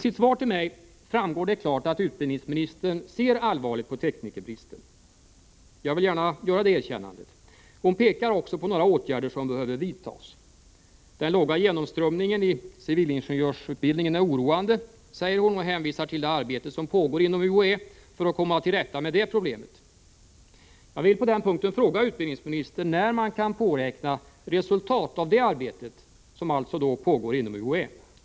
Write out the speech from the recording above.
I svaret till mig framgår det klart att utbildningsministern ser allvarligt på teknikerbristen. Jag vill gärna göra det erkännandet. Hon pekar på några åtgärder som behöver vidtas. Den låga genomströmningen i civilingenjörsutbildningen är oroande, säger hon, och hänvisar till det arbete som pågår inom UHÄ för att man skall komma till rätta med det problemet. Jag vill på den punkten fråga utbildningsministern när man kan påräkna resultat av det arbete som pågår inom UHÄ.